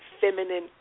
feminine